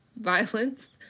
violence